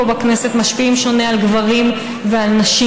בכנסת משפיעים שונה על גברים ועל נשים,